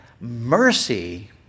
mercy